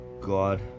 god